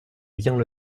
vient